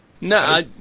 no